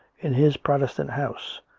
in his protestant house!